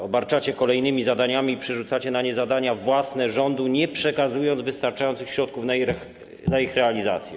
Obarczacie kolejnymi zadaniami, przerzucacie na nie zadania własne, rządu, nie przekazując wystarczających środków na ich realizację.